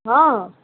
हँ